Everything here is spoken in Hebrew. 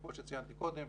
כמו שציינתי קודם,